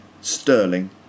sterling